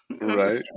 Right